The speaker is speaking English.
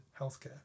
healthcare